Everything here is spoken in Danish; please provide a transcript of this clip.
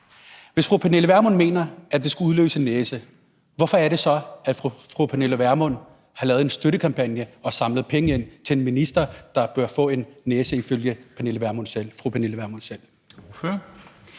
Hvis fru Pernille Vermund mener, at det skulle udløse en næse, hvorfor er det så, at fru Pernille Vermund har lavet en støttekampagne og samlet penge ind til en minister, der ifølge fru Pernille Vermund selv